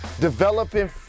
developing